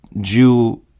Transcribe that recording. Jew